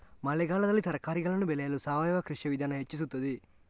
ಮಳೆಗಾಲದಲ್ಲಿ ತರಕಾರಿಗಳನ್ನು ಬೆಳೆಯಲು ಸಾವಯವ ಕೃಷಿಯ ವಿಧಾನ ಹೆಚ್ಚಿಸುತ್ತದೆ?